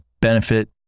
benefit